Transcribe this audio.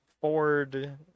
Ford